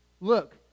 Look